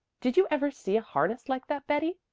did you ever see a harness like that, betty?